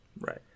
right